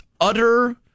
utter